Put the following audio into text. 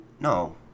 No